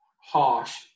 harsh